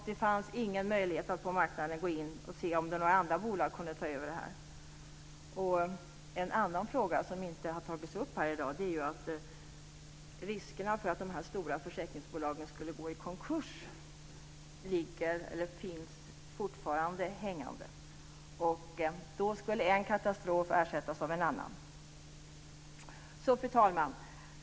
Det fanns ingen möjlighet att gå in på marknaden och se om andra bolag kunde ta över. En annan fråga som inte har tagits upp här i dag gäller att riskerna för att de stora försäkringsbolagen ska gå i konkurs finns fortfarande. Då skulle en katastrof ersättas av en annan. Fru talman!